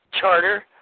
charter